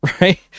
right